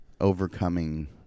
overcoming